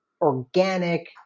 organic